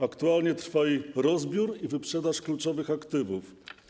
Aktualnie trwa jej rozbiór i wyprzedaż kluczowych aktywów.